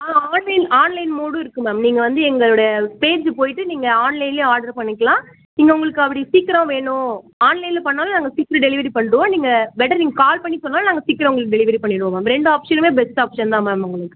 ஆ online online மோடும் இருக்குது ma'am நீங்கள் வந்து எங்களுடைய பேஜ்க்கு போயிட்டு நீங்கள் ஆன்லைனில் ஆட்ரு பண்ணிக்கலாம் இங்கே உங்களுக்கு அப்படி சீக்கிரம் வேணும் ஆன்லைனில் பண்ணிணாலும் நாங்கள் சீக்கிரம் டெலிவரி பண்ணிவிடுவோம் நீங்கள் பெட்டர் நீங்கள் கால் பண்ணி சொன்னாலும் நாங்கள் சீக்கிரம் உங்களுக்கு டெலிவரி பண்ணிவிடுவோம் மேம் ரெண்டு ஆப்ஷனுமே பெஸ்ட் ஆப்ஷன்தான் மேம் உங்களுக்கு